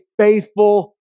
faithful